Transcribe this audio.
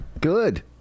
Good